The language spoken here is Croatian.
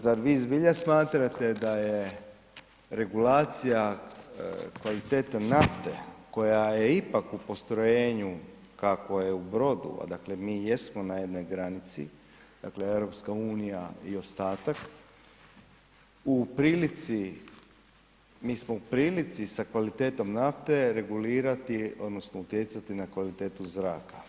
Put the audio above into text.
Zar vi zbilja smatrate da je regulacija kvalitete nafte koja je ipak u postrojenju kakvo je u Brodu, odakle mi i jesmo na jednoj granici, dakle, EU i ostatak, u prilici, mi smo u prilici sa kvalitetom nafte regulirati odnosno utjecati na kvalitetu zraka.